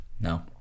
No